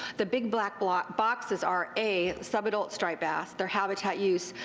the big black black boxes are a sub-adult striped bass, their habitat use,